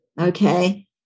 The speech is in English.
okay